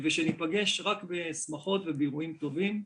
ושניפגש רק בשמחות ובאירועים טובים.